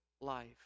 life